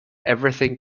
everything